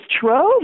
trove